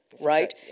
right